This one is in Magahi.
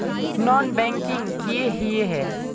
नॉन बैंकिंग किए हिये है?